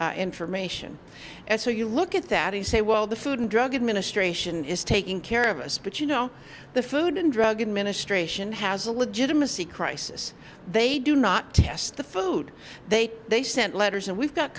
information and so you look at that you say well the food and drug administration is taking care of us but you know the food and drug administration has a legitimacy crisis they do not test the food they they sent letters and we've got